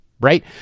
right